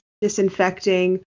disinfecting